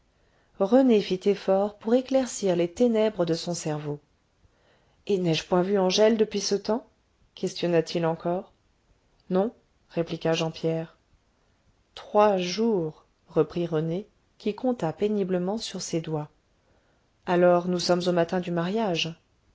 rené fit effort pour éclaircir les ténèbres de son cerveau et n'ai-je point vu angèle depuis ce temps questionna t il encore non répliqua jean pierre trois jours reprit rené qui compta péniblement sur ses doigts alors nous sommes au matin du mariage